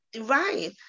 right